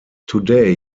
today